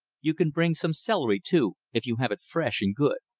you can bring some celery, too, if you have it fresh and good.